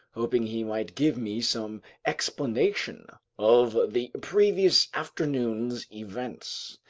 hoping he might give me some explanation of the previous afternoon's events.